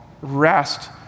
rest